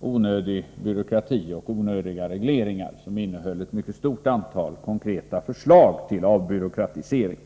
onödig byråkrati och onödiga regleringar, en proposition som innehöll ett mycket stort antal konkreta förslag till avbyråkratisering.